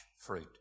fruit